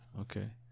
okay